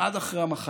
עד אחרי המחלה.